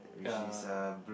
which is err